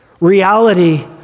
reality